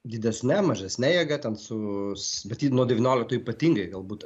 didesne mažesne jėga ten su bet nuo devyniolikto ypatingai galbūt